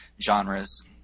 genres